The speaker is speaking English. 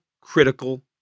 critical